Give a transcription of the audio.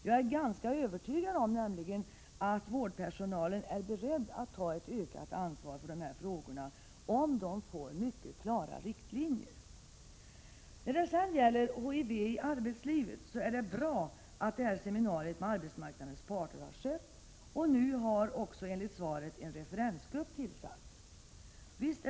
Jag är nämligen ganska övertygad om att vårdpersonalen, om den får mycket klara riktlinjer, är beredd att ta ett ökat ansvar i dessa frågor. När det gäller HIV i arbetslivet är det bra att seminariet med arbetsmarknadens parter har kommit till stånd, och nu har enligt statsrådets svar också en referensgrupp tillsatts.